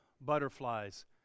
butterflies